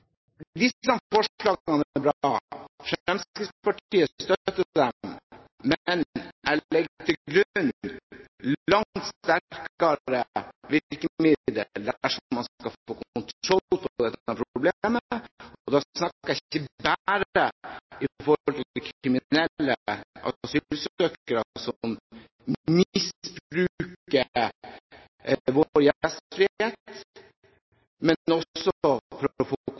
Disse forslagene er bra. Fremskrittspartiet støtter dem, men jeg legger til grunn langt sterkere virkemidler dersom man skal få kontroll på dette problemet. Og da snakker jeg ikke bare om kriminelle asylsøkere som misbruker vår gjestfrihet, men også om å